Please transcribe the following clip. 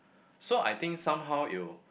so I think somehow it'll